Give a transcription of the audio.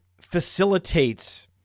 facilitates